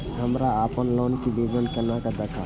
हमरा अपन लोन के विवरण केना देखब?